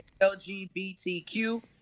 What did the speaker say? LGBTQ